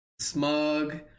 Smug